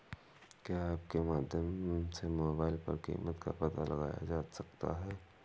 क्या ऐप के माध्यम से मोबाइल पर कीमत का पता लगाया जा सकता है?